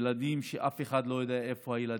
ילדים שאף אחד לא יודע איפה הם.